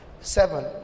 Seven